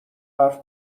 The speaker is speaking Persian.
حرف